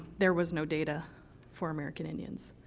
there was no data for american indians.